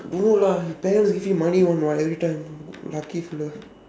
no lah his parent give him money one [what] every time lucky fella